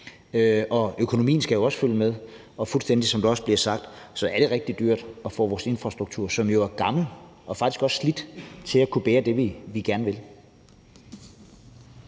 økonomien skal også følge med, og, som det bliver sagt, er det rigtig dyrt at få vores infrastruktur, som jo er gammel og faktisk også slidt, til at kunne bære det, vi gerne vil.